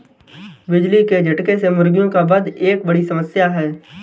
बिजली के झटके से मुर्गियों का वध एक बड़ी समस्या है